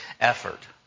effort